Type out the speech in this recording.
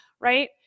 Right